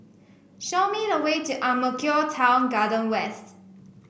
show me the way to Ang Mo Kio Town Garden West